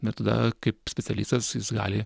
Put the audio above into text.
na ir tada kaip specialistas jis gali